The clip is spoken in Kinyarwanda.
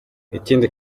ikindi